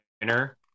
winner